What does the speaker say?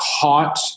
caught